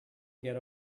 get